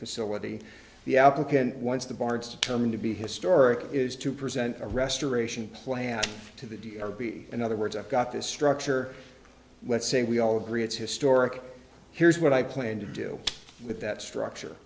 facility the applicant once the bard's determined to be historic is to present a restoration plan to the deal or be in other words i've got this structure let's say we all agree it's historic here's what i plan to do with that structure